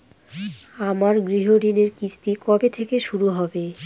আমার গৃহঋণের কিস্তি কবে থেকে শুরু হবে?